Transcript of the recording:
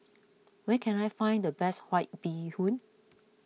where can I find the best White Bee Hoon